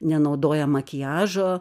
nenaudoja makiažo